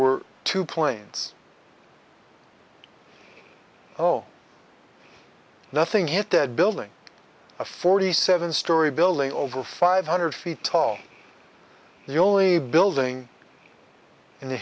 were two planes oh nothing hit that building a forty seven story building over five hundred feet tall the only building in the